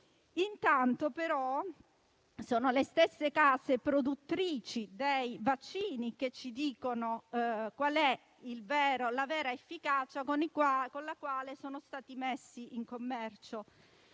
Intanto, però, sono le stesse case produttrici dei vaccini che ci dicono qual è la vera efficacia con la quale sono stati messi in commercio.